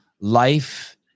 life